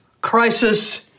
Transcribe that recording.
crisis